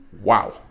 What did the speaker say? Wow